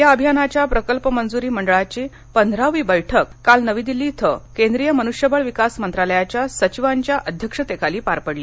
या अभियानाच्या प्रकल्प मंजूरी मंडळाची पंधरावी बैठक काल नवी दिल्ली इथं केंद्रीय मनुष्यबळ विकास मंत्रालयाच्या सचिवांच्या अध्यक्षतेखाली पार पडली